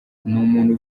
umuntu